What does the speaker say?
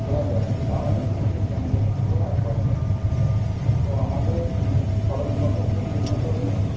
ঘোরাতে হবে তাহলে কিন্তু এই যানজটগুলো আর হবে না তো আমাদের সড়কপথও খুব উন্নত হয়েছে